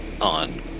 on